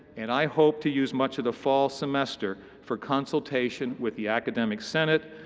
and i hope to use much of the fall semester for consultation with the academic senate,